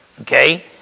Okay